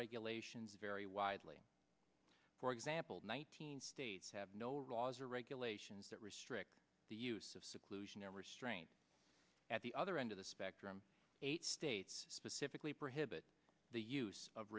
regulations vary widely for example nineteen states have no roz or regulations that restrict the use of seclusion and restraint at the other end of the spectrum eight states specifically prohibit the use of